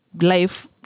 life